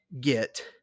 get